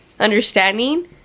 understanding